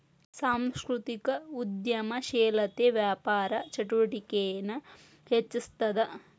ಸಾಂಸ್ಕೃತಿಕ ಉದ್ಯಮಶೇಲತೆ ವ್ಯಾಪಾರ ಚಟುವಟಿಕೆನ ಹೆಚ್ಚಿಸ್ತದ